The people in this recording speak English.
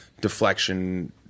deflection